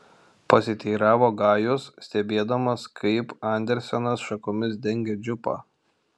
pasiteiravo gajus stebėdamas kaip andersenas šakomis dengia džipą